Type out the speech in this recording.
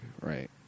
right